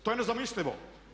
To je nezamislivo!